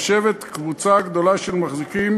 יושבת קבוצה גדולה של מחזיקים